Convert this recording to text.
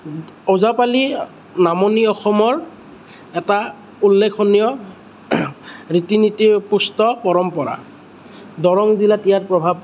ওজাপালি নামনি অসমৰ এটা উল্লেখনীয় ৰীতি নীতিয়ে পুষ্ট পৰম্পৰা দৰং জিলাত ইয়াৰ প্ৰভাৱ